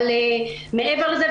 מעבר לזה,